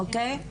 אוקיי?